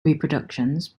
reproductions